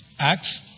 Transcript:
Acts